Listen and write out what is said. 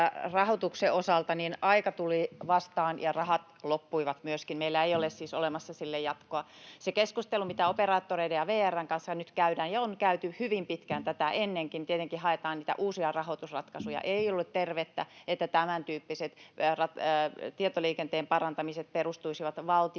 rahoituksen osalta aika tuli vastaan ja rahat loppuivat myöskin, meillä ei ole siis olemassa sille jatkoa. Siinä keskustelussa, mitä operaattoreiden ja VR:n kanssa nyt käydään ja on käyty hyvin pitkään tätä ennenkin, tietenkin haetaan niitä uusia rahoitusratkaisuja. Ei ollut tervettä, että tämäntyyppiset tietoliikenteen parantamiset perustuisivat valtiontukiin,